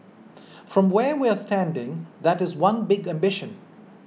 from where we're standing that is one big ambition